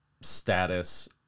status